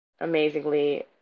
amazingly